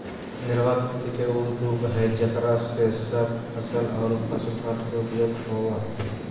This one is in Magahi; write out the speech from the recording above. निर्वाह खेती के उ रूप हइ जेकरा में सब फसल और पशुधन के उपयोग होबा हइ